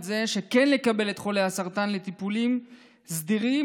זה שכן נקבל את חולי הסרטן לטיפולים סדירים,